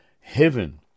heaven